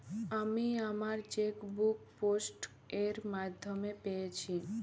আমি আমার chequebook post এর মাধ্যমে পেয়েছি